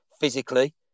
physically